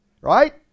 right